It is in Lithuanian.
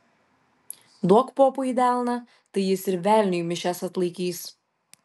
duok popui į delną tai jis ir velniui mišias atlaikys